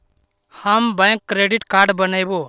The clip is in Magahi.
हम बैक क्रेडिट कार्ड बनैवो?